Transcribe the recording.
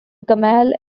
gamal